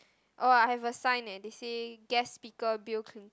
oh I have a sign eh they said guest speaker Bill-Clinton